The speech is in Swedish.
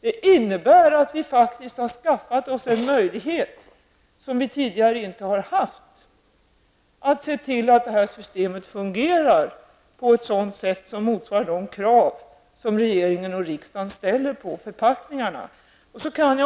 Det innebär att vi faktiskt har skaffat oss en möjlighet, som vi tidigare inte har haft, att se till att det här systemet fungerar på ett sätt som motsvarar de krav regeringen och riksdagen ställer på förpackningarna.